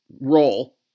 role